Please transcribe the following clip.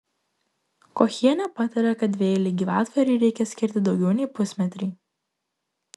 kochienė patarė kad dvieilei gyvatvorei reikia skirti daugiau nei pusmetrį